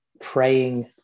praying